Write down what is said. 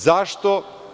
Zašto?